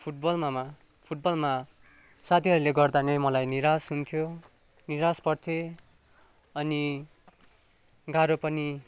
फुटबलमा फुटबलमा साथीहरूले गर्दा नै मलाई निरास हुन्थ्यो निरास पर्थेँ अनि गाह्रो पनि